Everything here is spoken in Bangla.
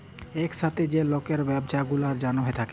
ইকসাথে যে লকের ব্যবছা গুলার জ্যনহে থ্যাকে